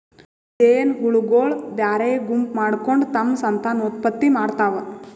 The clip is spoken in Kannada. ಜೇನಹುಳಗೊಳ್ ಬ್ಯಾರೆ ಗುಂಪ್ ಮಾಡ್ಕೊಂಡ್ ತಮ್ಮ್ ಸಂತಾನೋತ್ಪತ್ತಿ ಮಾಡ್ತಾವ್